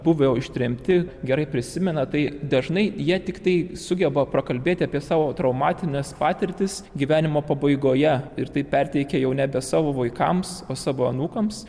buvo ištremti gerai prisimena tai dažnai jie tiktai sugeba prakalbėti apie savo traumatinės patirtis gyvenimo pabaigoje ir tai perteikia jau nebe savo vaikams o savo anūkams